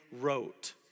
wrote